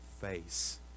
face